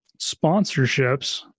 sponsorships